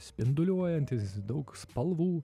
spinduliuojantys daug spalvų